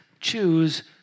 choose